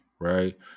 right